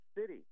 city